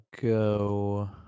go